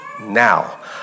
now